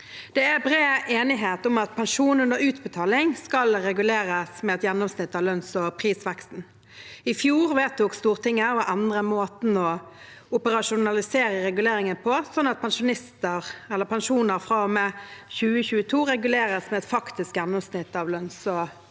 Det er bred enighet om at pensjon under utbetaling skal reguleres med et gjennomsnitt av lønnsog prisveksten. I fjor vedtok Stortinget å endre måten å operasjonalisere reguleringen på, slik at pensjoner fra og med 2022 reguleres med et faktisk gjennomsnitt av lønns- og prisvekst.